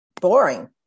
boring